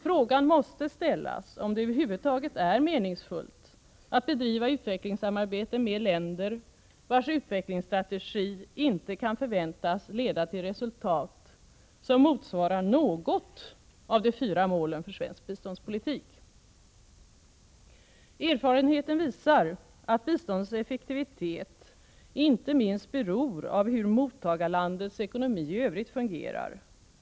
Frågan måste ställas om det över huvud taget är meningsfullt att bedriva utvecklingssamarbete med länder, vilkas utvecklingsstrategi inte kan förväntas leda till resultat, som motsvarar något av de fyra målen för svensk biståndspolitik. Erfarenheten visar nämligen att biståndets effektivitet inte minst beror av hur mottagarlandets ekonomi i övrigt fungerar.